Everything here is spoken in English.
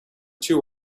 two